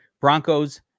Broncos